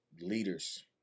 leaders